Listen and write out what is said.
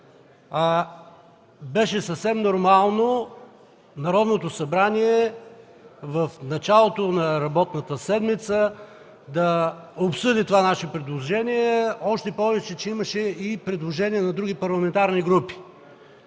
Беше съвсем нормално Народното събрание в началото на работната седмица да обсъди това наше предложение, още повече че имаше предложения и на други парламентарни групи.